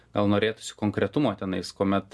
gal norėtųsi konkretumo tenais kuomet